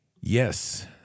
Yes